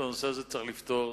את הנושא הזה צריך לפתור,